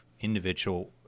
individual